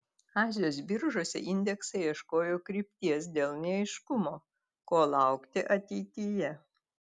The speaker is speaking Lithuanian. azijos biržose indeksai ieškojo krypties dėl neaiškumo ko laukti ateityje